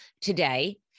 today